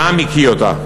שהעם הקיא אותה.